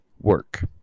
work